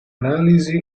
analisi